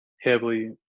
heavily